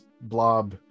Blob